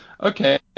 okay